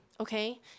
Okay